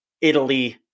Italy